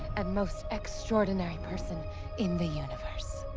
and most extraordinary person in the universe.